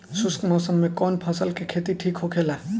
शुष्क मौसम में कउन फसल के खेती ठीक होखेला?